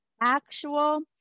actual